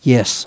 Yes